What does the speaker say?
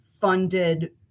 funded